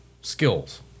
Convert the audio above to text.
skills